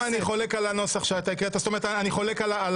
גם אני חולק על הנוסח שאתה הקראת,